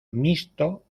mixto